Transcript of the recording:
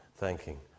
Thanking